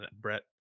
Brett